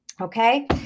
okay